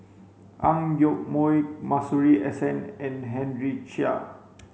Ang Yoke Mooi Masuri S N and Henry Chia